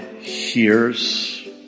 hears